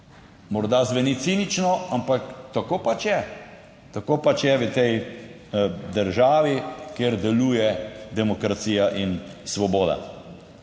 Morda zveni cinično, ampak tako pač je, tako pač je v tej državi, kjer deluje demokracija in svoboda.